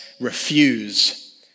refuse